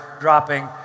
dropping